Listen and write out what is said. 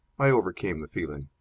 i overcame the feeling.